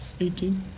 $18